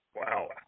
Wow